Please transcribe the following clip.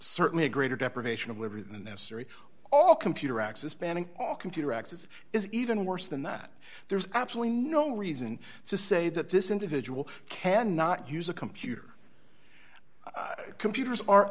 certainly a greater deprivation of liberty than necessary all computer access banning all computer access is even worse than that there's absolutely no reason to say that this individual can not use a computer computers are